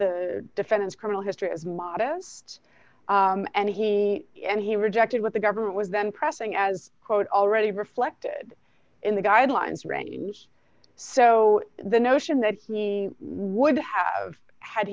the defendant's criminal history of modest and he and he rejected what the government was then pressing as quote already reflected in the guidelines range so the notion that he would have had